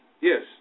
Yes